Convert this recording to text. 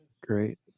great